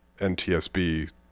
NTSB